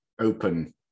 open